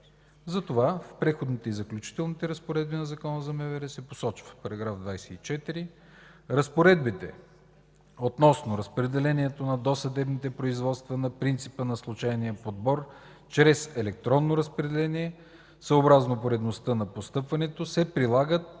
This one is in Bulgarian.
Затова в Преходните и заключителните разпоредби на Закона за МВР се посочва: „§ 24. Разпоредбите относно разпределението на досъдебните производства на принципа на случайния подбор чрез електронно разпределение, съобразно поредността на постъпването, се прилагат